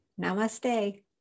Namaste